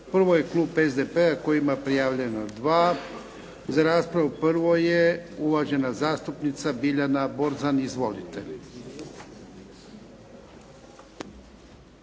Prvo je klub SDP-a koji ima prijavljena dva za raspravu. Prvo je uvažena zastupnica Biljana Borzan. Izvolite.